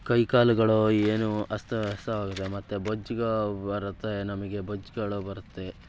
ಕೈಕಾಲುಗಳು ಏನು ಅಸ್ತವ್ಯಸ್ತವಾಗಿದೆ ಮತ್ತು ಬೊಜ್ಜು ಬರುತ್ತೆ ನಮಗೆ ಬೊಜ್ಜುಗಳು ಬರುತ್ತೆ